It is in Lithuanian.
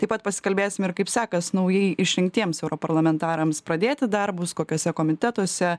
taip pat pasikalbėsim ir kaip sekas naujai išrinktiems europarlamentarams pradėti darbus kokiuose komitetuose